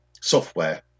software